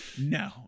No